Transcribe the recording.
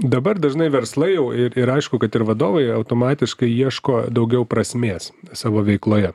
dabar dažnai verslai jau ir ir aišku kad ir vadovai automatiškai ieško daugiau prasmės savo veikloje